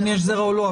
אם יש זרע או לא,